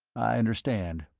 i understand.